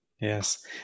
Yes